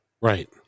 Right